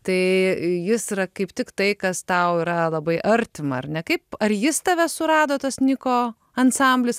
tai jis yra kaip tik tai kas tau yra labai artima ar nekaip ar jis tave surado tas niko ansamblis